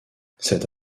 cette